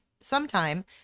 sometime